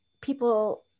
people